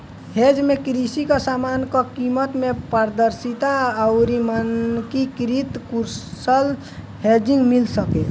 hedge में कृषि कअ समान कअ कीमत में पारदर्शिता अउरी मानकीकृत कुशल हेजिंग मिल सके